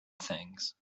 things